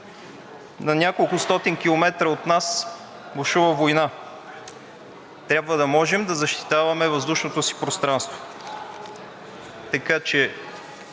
На няколкостотин километра от нас бушува война. Трябва да можем да защитаваме въздушното си пространство.